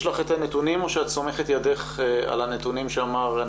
יש לך את הנתונים או שאת סומכת ידך על הנתונים שאמר ---?